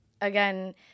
Again